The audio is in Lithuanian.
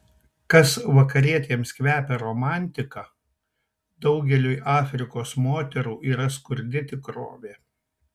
kas vakarietėms kvepia romantika daugeliui afrikos moterų yra skurdi tikrovė